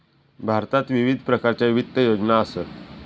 भारतात विविध प्रकारच्या वित्त योजना असत